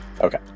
okay